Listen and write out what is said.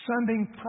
sending